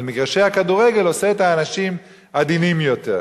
על מגרשי הכדורגל וכך עושה את האנשים עדינים יותר.